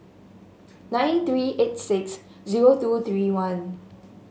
nine three eight six zero two three one